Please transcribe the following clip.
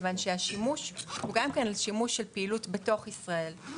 מכיוון שהשימוש הוא גם לפעילות בתוך ישראל.